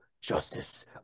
justice